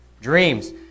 dreams